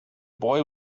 boy